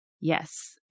yes